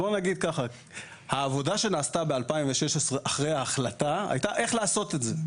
בוא נגיד שהעבודה שנעשתה ב-2016 אחרי ההחלטה הייתה איך לעשות את זה.